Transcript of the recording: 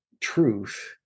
truth